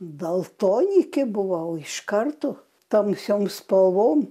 daltonikė buvau iš karto tamsiom spalvom